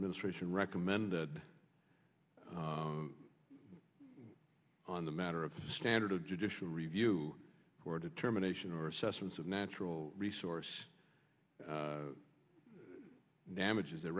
administration recommend the on the matter of the standard of judicial review or determination or assessments of natural resource damages the